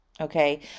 Okay